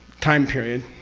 time period